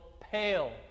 pale